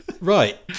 Right